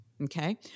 Okay